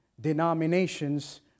denominations